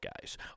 guys